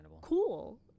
cool